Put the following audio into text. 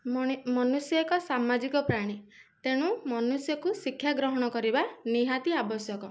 ମଣି ମନୁଷ୍ୟ ଏକ ସାମାଜିକ ପ୍ରାଣୀ ତେଣୁ ମନୁଷ୍ୟକୁ ଶିକ୍ଷା ଗ୍ରହଣ କରିବା ନିହାତି ଆବଶ୍ୟକ